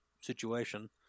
situation